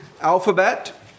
alphabet